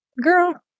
girl